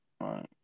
right